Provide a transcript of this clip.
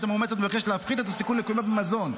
המאומצת מבקשת להפחית את הסיכון לקיומו במזון.